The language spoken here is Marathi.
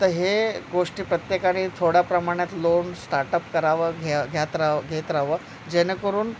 तर हे गोष्टी प्रत्येकाने थोड्या प्रमाणात लोन स्टार्टअप करावं घ्या घेत रहावं घेत रहावं जेणेकरून